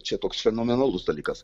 čia toks fenomenalus dalykas